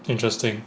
interesting